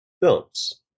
films